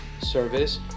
service